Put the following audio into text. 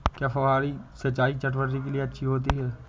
क्या फुहारी सिंचाई चटवटरी के लिए अच्छी होती है?